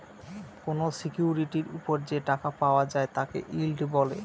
কোনো সিকিউরিটির ওপর যে টাকা পাওয়া যায় তাকে ইল্ড বলে